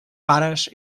pares